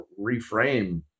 reframe